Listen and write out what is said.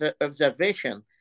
observation